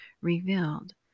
revealed